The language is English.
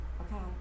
okay